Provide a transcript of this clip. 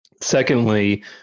Secondly